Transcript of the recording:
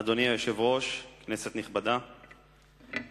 אדוני היושב-ראש, כנסת נכבדה,